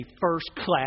first-class